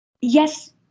yes